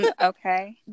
okay